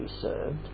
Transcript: served